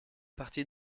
partie